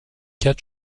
quatre